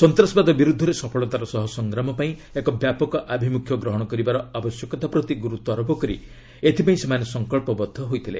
ସନ୍ତାସବାଦ ବିରୁଦ୍ଧରେ ସଫଳତାର ସହ ସଂଗ୍ରାମ ପାଇଁ ଏକ ବ୍ୟାପକ ଆଭିମୁଖ୍ୟ ଗ୍ରହଣର ଆବଶ୍ୟକତା ପ୍ରତି ଗୁରୁତ୍ୱ ଆରୋପ କରି ଏଥିପାଇଁ ସେମାନେ ସଙ୍କଳ୍ପବଦ୍ଧ ହୋଇଥିଲେ